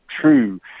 true